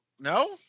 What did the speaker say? no